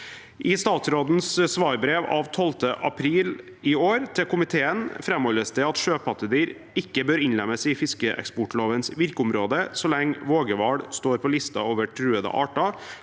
I statsrådens svarbrev av 12. april i år til komiteen framholdes det at sjøpattedyr ikke bør innlemmes i fiskeeksportlovens virkeområde så lenge vågehval står på listen over truede arter,